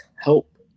help